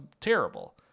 terrible